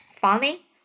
funny